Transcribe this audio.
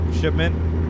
shipment